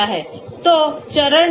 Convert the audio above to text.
तो चरण दर चरण प्रक्रिया क्या है